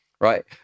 Right